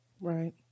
Right